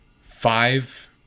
five